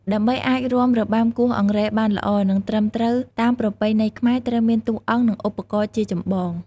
ដើម្បីអាចរាំរបាំគោះអង្រែបានល្អ និងត្រឹមត្រូវតាមប្រពៃណីខ្មែរ ត្រូវមានតួអង្គ និងឧបករណ៍ជាចម្បង។